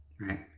right